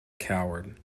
coward